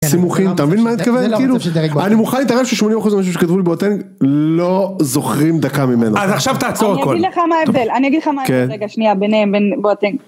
סימוכים, אתה מבין מה אני מתכוון? אני מוכן לתהערב ש-80% של המשהו שכתבו לי בווטנג לא זוכרים דקה ממנו אז עכשיו תעצור את כל אני אגיד לך מה הבדל, אני אגיד לך מה הבדל רגע שנייה ביניהם בין בווטנג